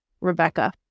Rebecca